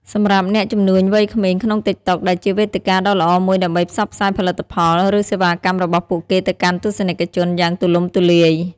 សម្រាប់អ្នកជំនួញវ័យក្មេងក្នុងតិកតុកដែលជាវេទិកាដ៏ល្អមួយដើម្បីផ្សព្វផ្សាយផលិតផល ឬសេវាកម្មរបស់ពួកគេទៅកាន់ទស្សនិកជនយ៉ាងទូលំទូលាយ។